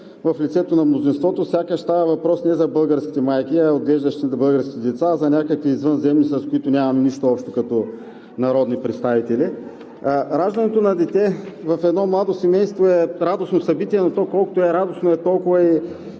в лицето на мнозинството сякаш става въпрос не за българските майки, отглеждащи български деца, а за някакви извънземни, с които нямаме нищо общо като народни представители. Раждането на дете в едно младо семейство е радостно събитие, но то колкото и радостно, е сложно